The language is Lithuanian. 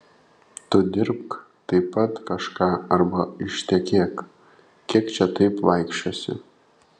tu dirbk taip pat kažką arba ištekėk kiek čia taip vaikščiosi